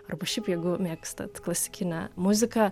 arba šiaip jeigu mėgstat klasikinę muziką